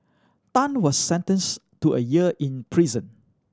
Tan was sentenced to a year in prison